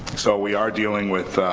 so we are dealing with